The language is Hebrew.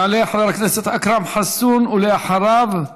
יעלה חבר הכנסת אכרם חסון, ואחריו,